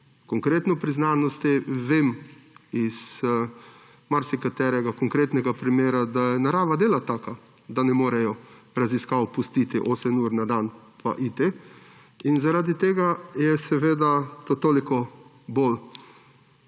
konkretno pri znanosti vem iz marsikaterega konkretnega primera, da je narava dela taka, da ne morejo raziskav pustiti 8 ur na dan in iti. In zaradi tega je seveda to toliko bolj